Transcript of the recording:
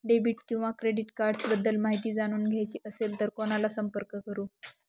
Debit किंवा credit cards बद्दल माहिती जाणून घ्यायची असेल तर कोणाला संपर्क करु?